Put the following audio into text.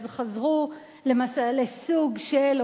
אז חזרו לסוג של,